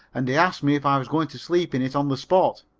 and he asked me if i was going to sleep in it on the spot.